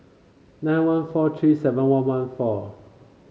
nine one four three seven one one four